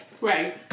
Right